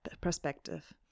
perspective